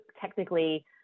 technically